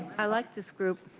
i like this group.